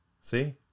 see